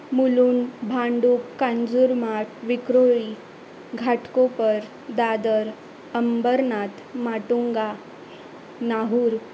Mulund Bhandup Kanjurmarg Vikhroli Ghatkopar Dadar Ambarnath Matunga Nahur